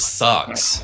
sucks